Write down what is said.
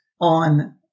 on